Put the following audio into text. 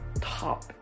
top